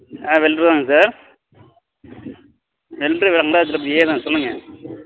ஆ welder தாங்க sir welder வெங்கடாஜலபதியே தான் சொல்லுங்க